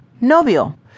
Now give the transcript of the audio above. Novio